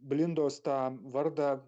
blindos tą vardą